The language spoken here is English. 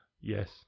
Yes